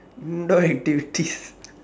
indoor activities